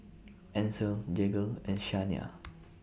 Ancel Jagger and Shania